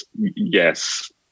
yes